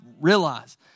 realize